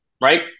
right